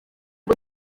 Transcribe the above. ngo